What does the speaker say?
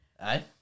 Hey